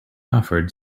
offered